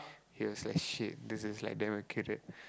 he was like shit this is like damn accurate